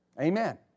Amen